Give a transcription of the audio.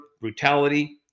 brutality